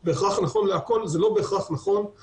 זה בטח לא תחת השירותים הווטרינריים.